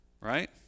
right